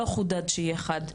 לא חודד שיהיה חד.